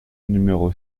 numéro